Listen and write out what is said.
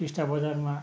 टिस्टा बजारमा